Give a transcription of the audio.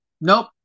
nope